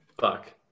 Fuck